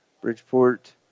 Bridgeport